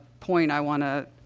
point i want to, ah,